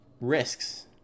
risks